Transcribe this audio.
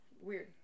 weird